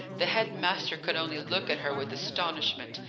the head-master could only look at her with astonishment.